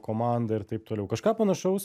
komanda ir taip toliau kažką panašaus